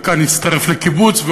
וכאן הצטרף לקיבוץ,